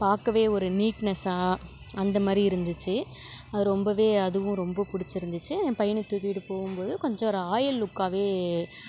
பார்க்கவே ஒரு நீட்நெஸ்சாக அந்த மாரி இருந்துச்சு அது ரொம்பவே அதுவும் ரொம்ப பிடிச்சிருந்துச்சு என் பையனை தூக்கிகிட்டு போகும் பொது கொஞ்சம் ஒரு ராயல் லுக்காகவே